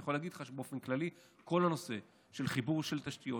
אני יכול להגיד באופן כללי שכל הנושא של חיבור של תשתיות,